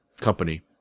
Company